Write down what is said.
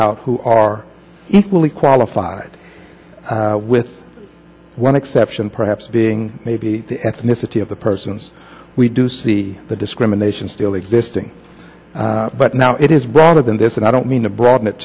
out who are equally qualified with one exception perhaps being maybe the ethnicity of the persons we do see the discrimination still existing but now it is broader than this and i don't mean to broaden it